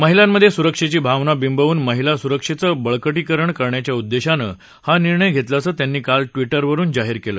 महिलांमधस्त्रिक्षर्ती भावना विंबवून महिला सुरक्षद्वीबळकटीकरण करण्याच्या उद्दधीनं हा निर्णय घरित्याचं त्यांनी काल ट्विटवरुन जाहीर केले